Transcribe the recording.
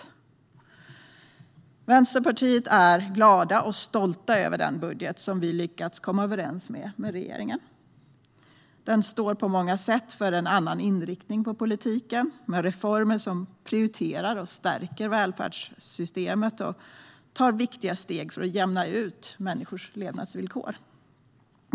Vi i Vänsterpartiet är glada och stolta över den budget som vi har lyckats komma överens om med regeringen. Den står på många sätt för en annan inriktning på politiken med reformer som prioriterar och stärker välfärdssystemet och tar viktiga steg för att jämna ut människors levnadsvillkor.